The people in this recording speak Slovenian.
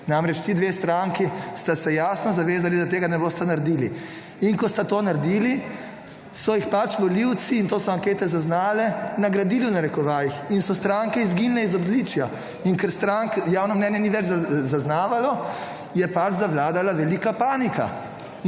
Namreč, ti dve stranki sta se jasno zavezali, da tega ne bosta naredili. In, ko sta to naredili so jih pač volivci in to so ankete zaznale nagradili v narekovajih in so stranke izginile iz odličja. In ker strank javno mnenje ni več zaznavalo je pač zavladala velika panika